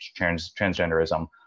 transgenderism